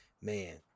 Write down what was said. man